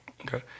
Okay